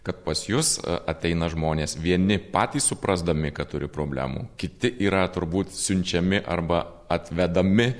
kad pas jus ateina žmonės vieni patys suprasdami kad turi problemų kiti yra turbūt siunčiami arba atvedami